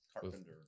carpenter